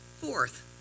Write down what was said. Fourth